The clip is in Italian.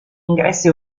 ingresso